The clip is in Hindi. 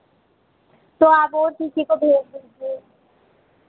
तो आप और किसी को भेज दीजिए